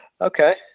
Okay